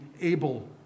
able